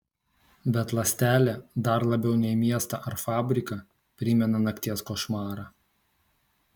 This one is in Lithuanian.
bet ląstelė dar labiau nei miestą ar fabriką primena nakties košmarą